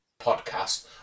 podcast